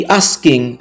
asking